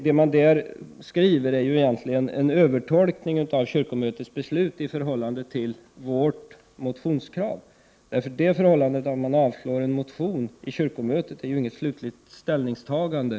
Det utskottet skriver är egentligen en övertolkning av kyrkomötets beslut i förhållande till vårt motionskrav. Det förhållandet att kyrkomötet avslår en motion utgör inget slutligt ställningstagande.